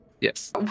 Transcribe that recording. yes